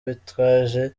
bitwaje